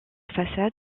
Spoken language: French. façade